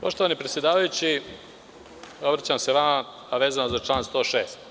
Poštovani predsedavajući, obraćam se vama, a vezano za član 106.